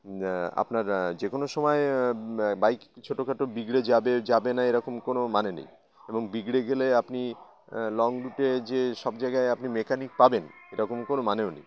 আপনার যে কোনো সময় বাইক ছোটো খাটো বিগড়ে যাবে যাবে না এরকম কোনো মানে নেই এবং বিগড়ে গেলে আপনি লং রুটে যে সব জায়গায় আপনি মেকানিক পাবেন এরকম কোনো মানেও নেই